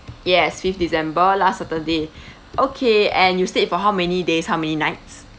yes fifth december last saturday okay and you stayed for how many days how many nights